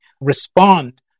respond